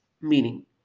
meaning